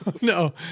no